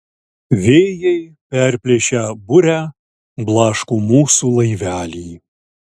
vėjai perplėšę burę blaško mūsų laivelį